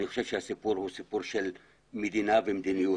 אני חושב שהסיפור הוא סיפור של מדינה ומדניות,